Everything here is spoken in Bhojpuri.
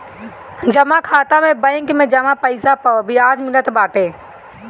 जमा खाता में बैंक में जमा पईसा पअ बियाज मिलत बाटे